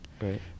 Right